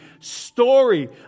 story